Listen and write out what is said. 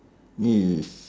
yes